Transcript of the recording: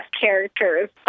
characters